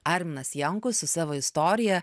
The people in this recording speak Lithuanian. arminas jankus su savo istorija